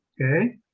Okay